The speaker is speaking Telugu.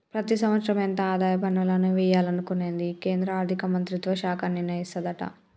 ప్రతి సంవత్సరం ఎంత ఆదాయ పన్నులను వియ్యాలనుకునేది కేంద్రా ఆర్థిక మంత్రిత్వ శాఖ నిర్ణయిస్తదట